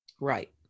Right